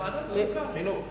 חבר הכנסת אמסלם,